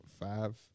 five